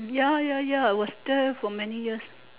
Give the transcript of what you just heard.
ya ya ya I was there for many years